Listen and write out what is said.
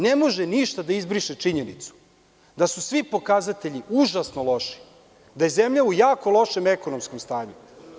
Ne može ništa da izbriše činjenicu da su svi pokazatelji užasno loši, da je zemlja u jako lošem ekonomskom stanju.